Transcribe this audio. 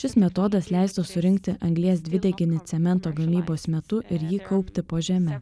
šis metodas leistų surinkti anglies dvideginį cemento gamybos metu ir jį kaupti po žeme